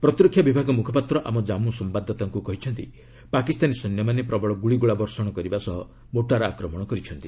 ପ୍ରତିରକ୍ଷା ବିଭାଗ ମୁଖପାତ୍ର ଆମ ଜନ୍ମୁ ସମ୍ଭାଦଦାତାଙ୍କୁ କହିଛନ୍ତି ପାକିସ୍ତାନୀ ସୈନ୍ୟମାନେ ପ୍ରବଳ ଗୁଳିଗୋଳା ବର୍ଷଣ କରିବା ସହ ମୋର୍ଟାର ଆକ୍ରମଣ କରିଛନ୍ତି